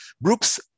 Brooks